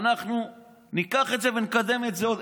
אנחנו ניקח את זה ונקדם את זה עוד.